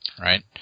Right